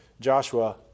Joshua